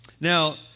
Now